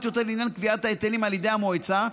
יותר לעניין קביעת ההיטלים על ידי המועצה,